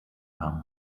haben